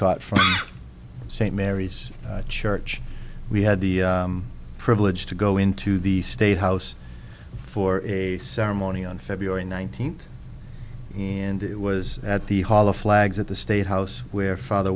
wescott from st mary's church we had the privilege to go into the state house for a ceremony on february nineteenth and it was at the hall of flags at the state house where father